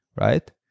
right